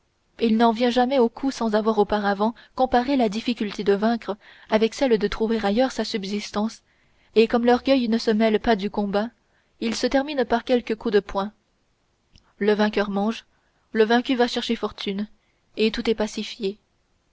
il n'en vient jamais aux coups sans avoir auparavant comparé la difficulté de vaincre avec celle de trouver ailleurs sa subsistance et comme l'orgueil ne se mêle pas du combat il se termine par quelques coups de poing le vainqueur mange le vaincu va chercher fortune et tout est pacifié